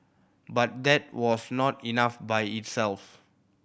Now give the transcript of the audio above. but that was not enough by itself